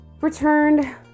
returned